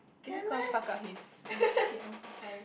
is it going to fuck up his oh shit I'm so sorry